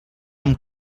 amb